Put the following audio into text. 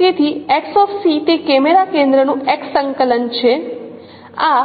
તેથી તે કેમેરા કેન્દ્રનું X સંકલન છે આ